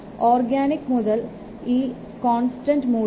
organic മുതൽ ഈ constant മൂല്യം 0